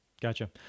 Gotcha